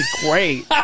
great